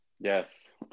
Yes